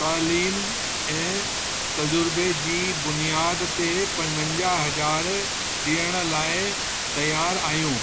तइलीम ऐं तज़ुर्बे जी बुनियाद ते पंजवंजाह हज़ार ॾियण लाइ तयारु आहियूं